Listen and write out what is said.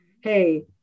Hey